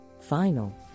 Final